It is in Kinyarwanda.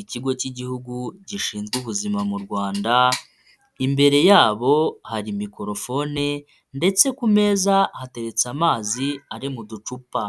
ikigo cy'igihugu gishinzwe ubuzima mu Rwanda, imbere yabo hari mikorofone ndetse ku meza hateretse amazi ari mu ducupa.